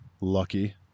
Lucky